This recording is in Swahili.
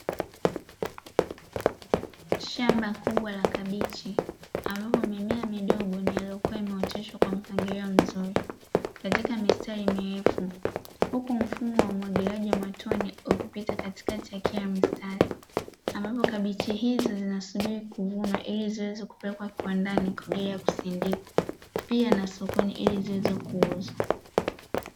Shamba kubwa la kabichi ambapo mimea midogo ni yaliyokuwa imeoteshwa kwa mpangilio mzuri katika mistari mirefu huku mfumo wa umwagiliaji wa matone ukipita katikati ya kila mstari. Ambapo kabichi hizi zinasubiri kuvunwa ili ziweze kupelekwa kiwandani kwa ajili ya kusindikwa pia na sokoni ili ziweze kuuzwa.